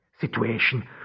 situation